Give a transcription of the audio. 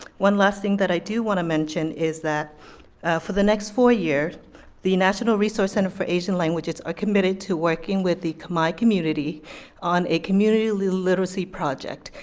one last thing that i do wanna mention is that for the next four years the national resource center for asian languages are committed to working with the khmer community on a community literacy project.